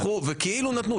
כאילו נתנו.